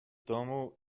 domu